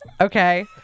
Okay